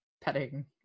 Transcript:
petting